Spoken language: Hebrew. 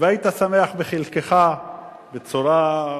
והיית שמח בחלקך בצורה,